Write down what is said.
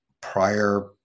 prior